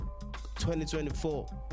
2024